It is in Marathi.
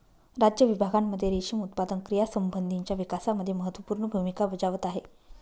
राज्य विभागांमध्ये रेशीम उत्पादन क्रियांसंबंधीच्या विकासामध्ये महत्त्वपूर्ण भूमिका बजावत आहे